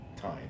time